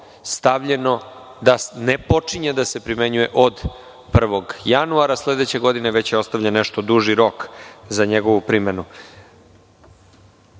stavljeno da ne počinje da se primenjuje od 1. januara sledeće godine, već je ostavljen nešto duži rok za njegovu primenu. Šta